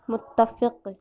متفق